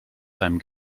seinem